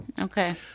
Okay